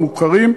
המוּכרים,